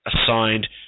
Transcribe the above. assigned